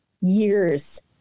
years